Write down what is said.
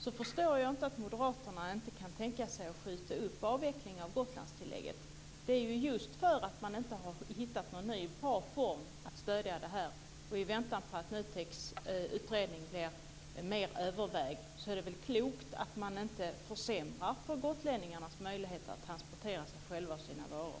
Då förstår jag inte att moderaterna inte kan tänka sig att skjuta upp avvecklingen av Gotlandstillägget. Man har inte hittat någon ny bra stödform. I väntan på att NUTEK:s utredning övervägs mer är det väl klokt att inte försämra för gotlänningarnas möjligheter att transportera sig själva och sina varor?